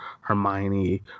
Hermione